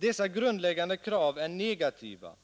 Dessa grundläggande krav är negativa: